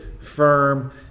firm